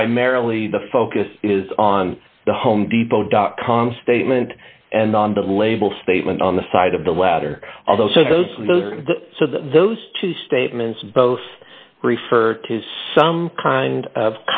primarily the focus is on the home depot dot com statement and on the label statement on the side of the latter although so those so those two statements both refer to some kind of